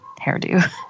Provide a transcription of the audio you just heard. hairdo